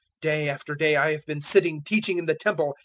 day after day i have been sitting teaching in the temple,